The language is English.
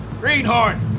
Greenhorn